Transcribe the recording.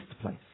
place